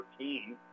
13